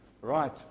Right